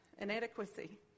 inadequacy